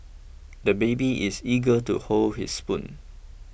the baby is eager to hold his spoon